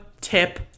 tip